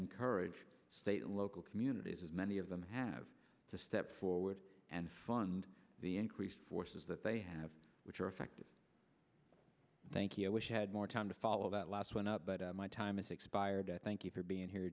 encourage state and local communities many of them have to step forward and fund the increased forces that they have which are effective thank you wish we had more time to follow that last one up but my time is expired thank you for being here